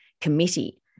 Committee